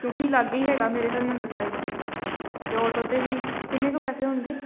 ਕਿਉਂਕਿ ਲਾਗੇ ਹੀ ਹੈਗਾ ਮੇਰੇ ਹਰਿਮੰਦਰ ਸਾਹਿਬ ਅਤੇ ਆਟੋ 'ਤੇ ਵੀ ਕਿੰਨੇ ਕੁ ਪੈਸੇ ਹੋਣਗੇ